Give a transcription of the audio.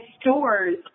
stores